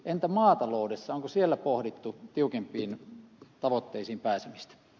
entä maataloudessa onko siellä pohdittu tiukempiin tavoitteisiin pääsemistä